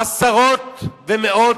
עשרות ומאות,